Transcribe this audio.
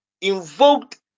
invoked